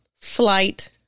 flight